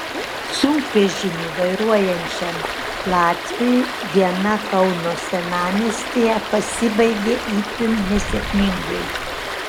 sunkvežimį vairuojančiam latviui diena kauno senamiestyje pasibaigė itin nesėkmingai